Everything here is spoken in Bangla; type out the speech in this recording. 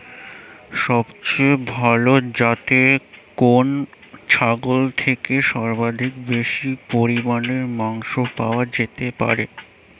সবচেয়ে ভালো যাতে কোন ছাগল থেকে সর্বাধিক বেশি পরিমাণে মাংস পাওয়া যেতে পারে?